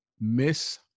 Miss